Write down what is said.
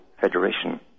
Federation